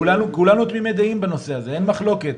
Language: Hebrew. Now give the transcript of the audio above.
כולנו תמימי דעים בנושא הזה, אין מחלוקת.